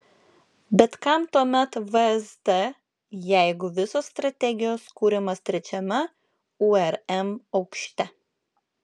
bet kam tuomet vsd jeigu visos strategijos kuriamos trečiame urm aukšte